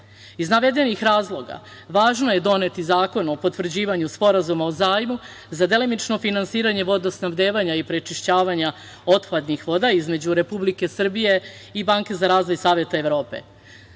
Iz navedenih razloga, važno je doneti zakon o potvrđivanju Sporazuma o zajmu za delimično finansiranje vodosnabdevanja i prečišćavanja otpadnih voda između Republike Srbije i Banke za razvoj Saveta